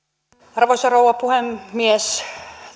arvoisa rouva puhemies